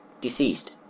deceased